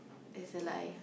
is a lie